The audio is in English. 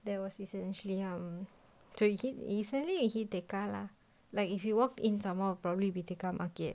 there was essentially um to eat easily he tekka lah like if you walked in some more probably be tekka market